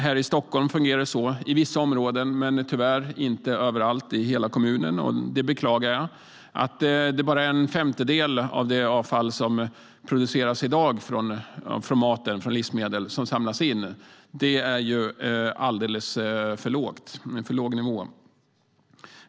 Här i Stockholm fungerar det på det sättet i vissa områden, men tyvärr inte överallt i hela kommunen, vilket jag beklagar. Bara en femtedel av det avfall som produceras i dag från livsmedel samlas in. Det är en alldeles för låg nivå.